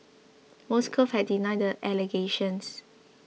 Moscow has denied the allegations